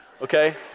Okay